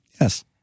Yes